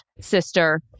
sister